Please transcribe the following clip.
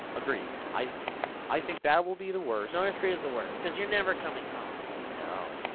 agreed, i i think that will be the worst. north korea's the worst, cause you're never coming home. no,